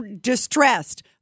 distressed